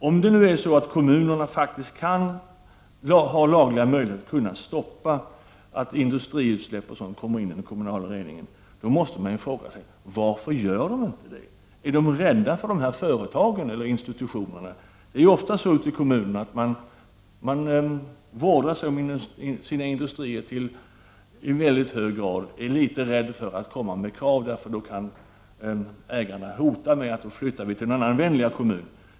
Om kommunerna faktiskt har lagliga möjligheter att stoppa att industrins utsläpp kommer in i den kommunala reningen, måste man fråga sig: Varför gör de inte det? Är de rädda för företag eller institutioner? Det är ofta så att kommunerna vårdar sina industrier i väldigt hög grad och är litet rädda för att komma med krav, för då kanske ägarna hotar med att flytta till en annan vänligare kommun.